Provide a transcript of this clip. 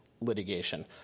litigation